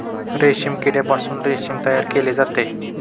रेशीम किड्यापासून रेशीम तयार केले जाते